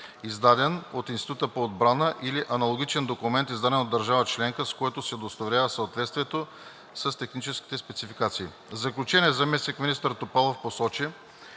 издаден от Института по отбрана, или аналогичен документ, издаден от държава членка, с който се удостоверява съответствието с техническите спецификации. В заключение заместник-министър Топалов посочи,